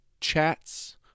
chats